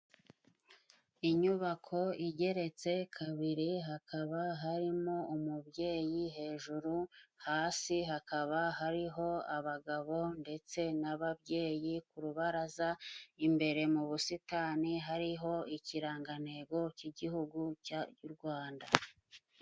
Inyubako igeretse kabiri, hakaba harimo umubyeyi hejuru, hasi hakaba hariho abagabo ndetse n'ababyeyi ku rubaraza, imbere mu busitani hariho ikirangantego cy'Igihugu cya cy'u Rwanda.